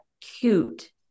cute